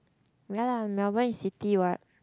ya lah normal it's city what